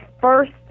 first